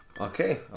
Okay